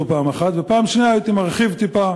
שנית, הייתי מרחיב טיפה